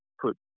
put